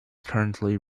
currently